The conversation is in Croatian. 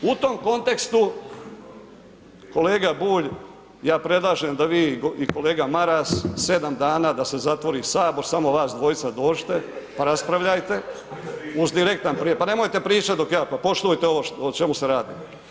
U tom kontekstu, kolega Bulj, ja predlažem da vi i kolega Maras 7 dana da se zatvori Sabor, samo vas dvojica dođite pa raspravljajte uz direktan prijenos, pa nemojte pričat dok ja, pa poštujte ovo o čemu se radi.